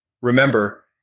Remember